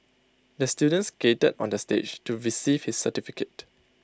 the student skated onto the stage to receive his certificate